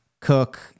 Cook